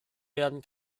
werden